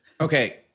Okay